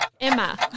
Emma